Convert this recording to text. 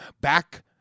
Back